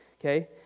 okay